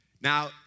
Now